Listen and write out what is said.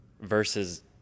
versus